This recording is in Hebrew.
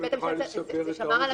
זה רצח.